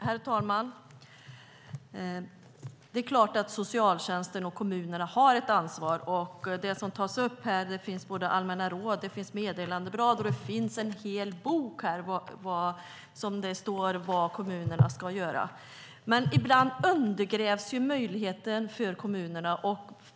Herr talman! Det är klart att socialtjänsten och kommunerna har ett ansvar. Det finns allmänna råd, meddelandeblad och till och med en hel bok där det står vad kommunerna ska göra. Ibland undergrävs möjligheten för kommunerna.